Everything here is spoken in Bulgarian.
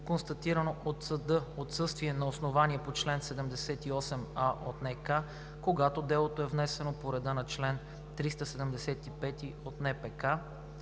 констатирано от съда отсъствие на основанията по чл. 78а НК, когато делото е внесено по реда на чл. 375 НПК